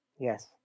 Yes